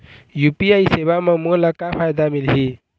UPI सेवा म मोला का फायदा मिलही?